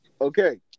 Okay